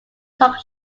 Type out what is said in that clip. talk